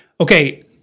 Okay